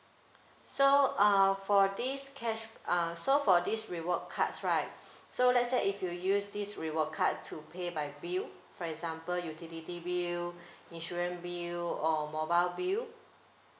so uh for this cash~ err so for this reward cards right so let's say if you use this reward card to pay by bill for example utility bill insurance bill or mobile bill